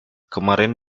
kemarin